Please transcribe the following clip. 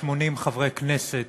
ביחד עם השותפים שלי להצעה: חבר הכנסת